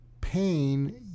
pain